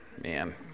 man